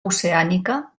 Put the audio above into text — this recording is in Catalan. oceànica